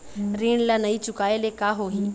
ऋण ला नई चुकाए ले का होही?